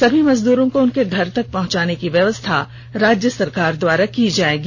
सभी मजदूरों को उनके घर तक पहुंचाने की व्यवस्था राज्य सरकार द्वारा की जाएगी